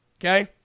okay